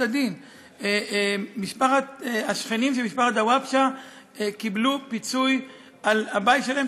הדין"; השכנים של משפחת דוואבשה קיבלו פיצוי על הבית שלהם,